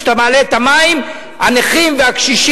כשאתה מעלה את מחיר המים הנכים והקשישים,